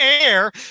air